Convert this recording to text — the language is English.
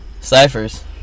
ciphers